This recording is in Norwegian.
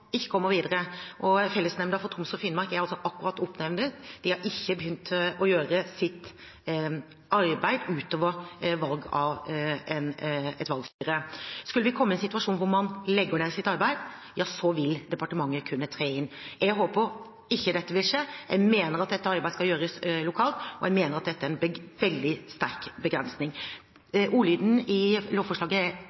Fellesnemnda for Troms og Finnmark er akkurat oppnevnt. De har ikke begynt å gjøre sitt arbeid utover valg av et valgstyre. Men skulle vi komme i en situasjon der man ikke kommer videre, og der man legger ned sitt arbeid, vil departementet kunne tre inn. Jeg håper ikke det vil skje. Jeg mener at dette arbeidet skal gjøres lokalt, og jeg mener at det er en veldig sterk begrensning.